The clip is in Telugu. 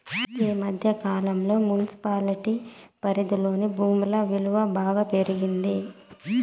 ఈ మధ్య కాలంలో మున్సిపాలిటీ పరిధిలోని భూముల విలువ బాగా పెరిగింది